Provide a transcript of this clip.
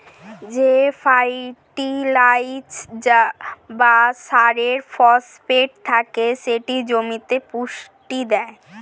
যে ফার্টিলাইজার বা সারে ফসফেট থাকে সেটি জমিতে পুষ্টি দেয়